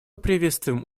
приветствуем